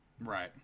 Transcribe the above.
Right